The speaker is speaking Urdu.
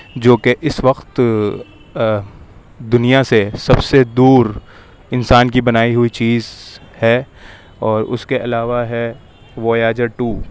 جو کہ اس وقت دنیا سے سب سے دور انسان کی بنائی ہوئی چیز ہے اور اس کے علاوہ ہے ویاجر ٹو